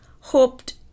hoped